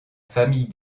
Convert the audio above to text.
famille